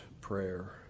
prayer